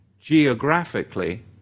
geographically